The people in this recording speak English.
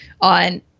on